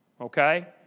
Okay